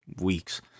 weeks